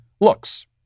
looks